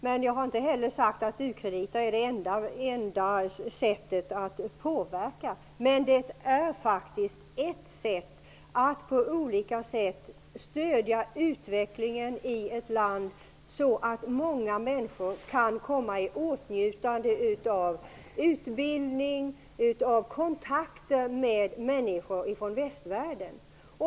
Men jag har inte heller sagt att u-krediter är det enda sättet att påverka, men det är ett sätt att stödja utvecklingen i ett land så att många människor kan komma i åtnjutande av utbildning och kontakter med människor från västvärlden.